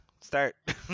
start